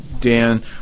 Dan